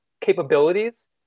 capabilities